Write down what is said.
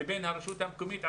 לבין הרשות המקומית,